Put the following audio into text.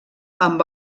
amb